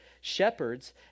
Shepherds